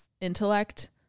intellect